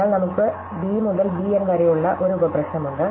അതിനാൽ നമുക്ക് b മുതൽ b N വരെയുള്ള ഒരു ഉപപ്രശ്നമുണ്ട്